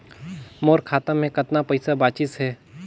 मोर खाता मे कतना पइसा बाचिस हे?